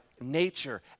nature